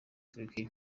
turkey